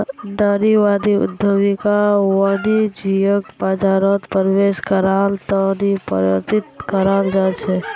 नारीवादी उद्यमियक वाणिज्यिक बाजारत प्रवेश करवार त न प्रेरित कराल जा छेक